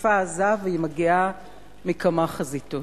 מתקפה עזה, והיא מגיעה בכמה חזיתות.